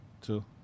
two